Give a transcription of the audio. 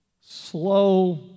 slow